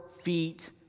feet